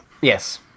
Yes